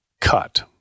cut